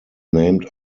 named